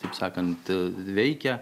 taip sakant veikia